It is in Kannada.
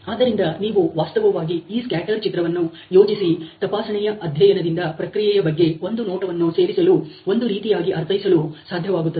ಆದ್ದರಿಂದ ನೀವು ವಾಸ್ತವವಾಗಿ ಈ ಸ್ಕ್ಯಾಟರ್ ಚಿತ್ರವನ್ನು ಯೋಜಿಸಿ ತಪಾಸಣೆಯ ಅಧ್ಯಯನದಿಂದ ಪ್ರಕ್ರಿಯೆಯ ಬಗ್ಗೆ ಒಂದು ನೋಟವನ್ನು ಸೇರಿಸಲು ಒಂದು ರೀತಿಯಾಗಿ ಅರ್ಥೈಸಲು ಸಾಧ್ಯವಾಗುತ್ತದೆ